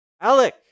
Alec